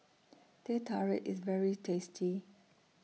Teh Tarik IS very tasty